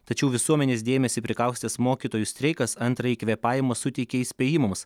tačiau visuomenės dėmesį prikaustęs mokytojų streikas antrąjį kvėpavimą suteikė įspėjimams